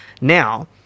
now